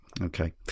Okay